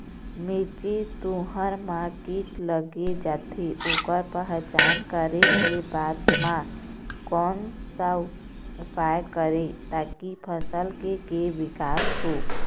मिर्ची, तुंहर मा कीट लग जाथे ओकर पहचान करें के बाद मा कोन सा उपाय करें ताकि फसल के के विकास हो?